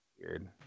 weird